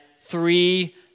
three